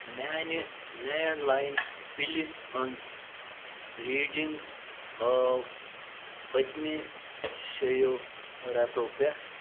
میٛانہِ landline بِلہِ ہٕنٛز ریڈِنٛگ ہاو پٔتمہِ شیٚیو ریٚتو پٮ۪ٹھ